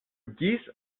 geese